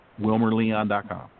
WilmerLeon.com